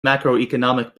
macroeconomic